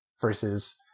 versus